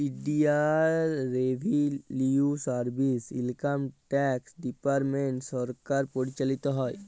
ইলডিয়াল revenue service, income tax department সরকার পরিচালিত হ্যয়